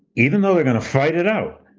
even though they're going to fight it out,